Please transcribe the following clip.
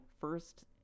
first